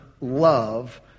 love